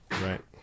right